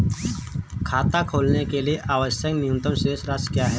खाता खोलने के लिए आवश्यक न्यूनतम शेष राशि क्या है?